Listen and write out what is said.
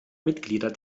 mitglieder